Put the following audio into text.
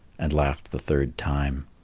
and laughed the third time.